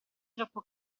troppo